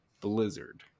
Blizzard